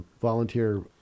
volunteer